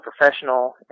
professional